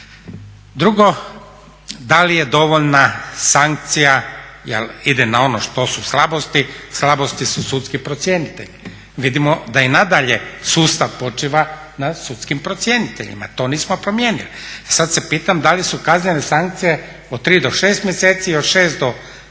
Drugo, da li je dovoljna sankcija jel ide na ono što su slabosti, slabosti su sudski procjenitelji. Vidimo da i nadalje sustav počiva na sudskim procjeniteljima, to nismo promijenili. E sad se pitam da li su kaznene sankcije od 3 do 6 mjeseci i od 6 do 12